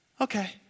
okay